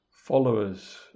Followers